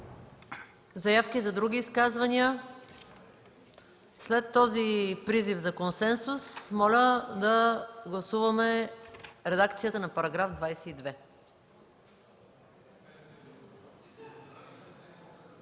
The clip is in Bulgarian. Заявки за други изказвания? След този призив за консенсус, моля да гласуваме редакцията на § 22.